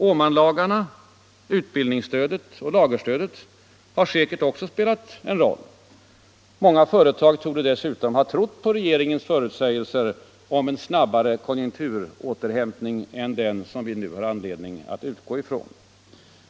Åmanlagarna, utbildningsstödet och lagerstödet har säkert också spelat en roll. Många företag torde dessutom ha trott på regeringens förutsägelser om en snabbare konjunkturåterhämtning än den som vi nu har anledning att utgå ifrån.